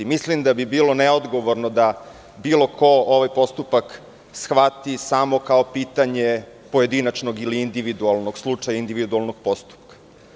Mislim da bi bilo neodgovorno da bilo ko ovaj postupak shvati samo kao pitanje pojedinačnog ili individualnog slučaja ili individualnog postupka.